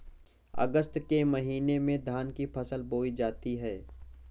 अगस्त के महीने में धान की फसल बोई जाती हैं